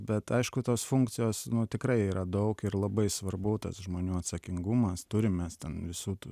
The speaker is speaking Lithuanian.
bet aišku tos funkcijos nu tikrai yra daug ir labai svarbu tas žmonių atsakingumas turim mes ten visų tų